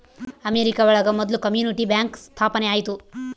America ಒಳಗ ಮೊದ್ಲು community bank ಸ್ಥಾಪನೆ ಆಯ್ತು